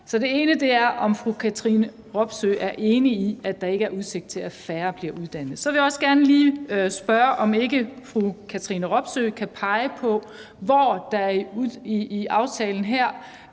Så det ene er, om fru Katrine Robsøe er enig i, at der ikke er udsigt til, at færre bliver uddannet. Så vil jeg også gerne lige spørge, om ikke fru Katrine Robsøe kan pege på, hvor der i aftalen her